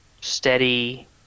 steady